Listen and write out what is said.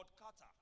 Carter